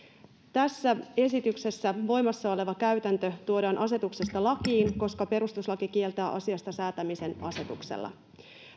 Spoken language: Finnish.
tässä esityksessä voimassa oleva käytäntö tuodaan asetuksesta lakiin koska perustuslaki kieltää asiasta säätämisen asetuksella